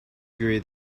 degree